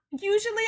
Usually